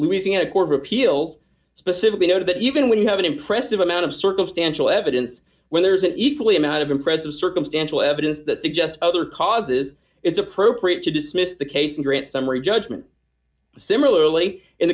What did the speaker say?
louisiana court of appeal specifically noted that even when you have an impressive amount of circumstantial evidence when there is an equally amount of impressive circumstantial evidence that suggests other causes it's appropriate to dismiss the case and grant summary judgment similarly